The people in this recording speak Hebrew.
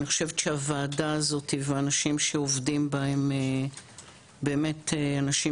אני חושבת שהוועדה הזאת והאנשים שעובדים בה הם באמת אנשים